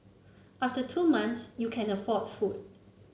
after two months you can afford food